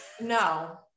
no